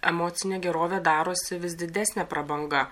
emocinė gerovė darosi vis didesnė prabanga